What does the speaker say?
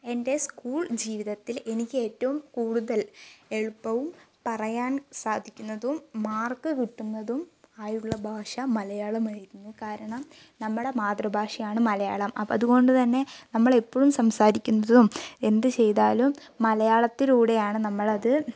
എൻ്റെ സ്കൂൾ ജീവിതത്തിൽ എനിക്കേറ്റവും കൂടുതൽ എളുപ്പവും പറയാൻ സാധിക്കുന്നതും മാർക്ക് കിട്ടുന്നതും ആയുള്ള ഭാഷ മലയാളമായിരുന്നു കാരണം നമ്മുടെ മാതൃഭാഷയാണ് മലയാളം അപ്പോൾ അതുകൊണ്ടുതന്നെ നമ്മളെപ്പോഴും സംസാരിക്കുന്നതും എന്തു ചെയ്താലും മലയാളത്തിലൂടെയാണ് നമ്മളത്